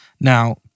Now